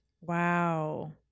Wow